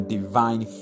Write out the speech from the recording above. divine